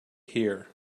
here